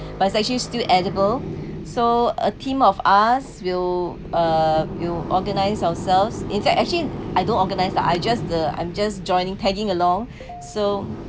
but actually still edible so a team of us will uh will organise ourselves in fact actually I don't organise lah I just the I'm just joining tagging along so